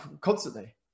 constantly